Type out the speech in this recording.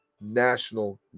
national